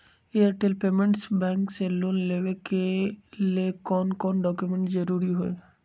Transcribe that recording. Airtel payments bank से loan लेवे के ले कौन कौन डॉक्यूमेंट जरुरी होइ?